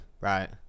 Right